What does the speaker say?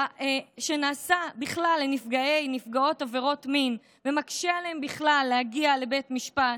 שנעשה לנפגעי ונפגעות עברות מין בכלל ומקשה עליהם להגיע לבית המשפט.